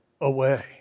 away